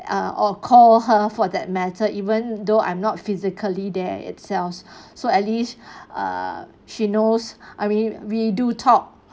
uh or call her for that matter even though I'm not physically there itself so at least uh she knows I mean we do talk